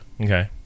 Okay